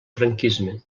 franquisme